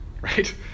right